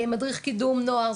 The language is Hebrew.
מדריך קידום נוער,